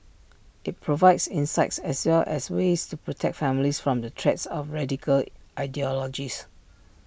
IT provides insights as well as ways to protect families from the threats of radical ideologies